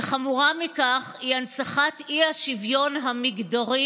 וחמורה מכך היא הנצחת האי-שוויון המגדרי